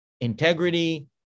Integrity